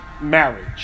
marriage